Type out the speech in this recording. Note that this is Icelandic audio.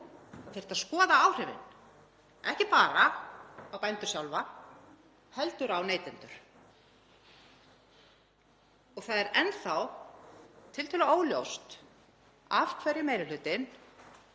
þyrfti að skoða áhrifin, ekki bara á bændur sjálfa heldur á neytendur. Það er enn þá tiltölulega óljóst af hverju meiri hlutinn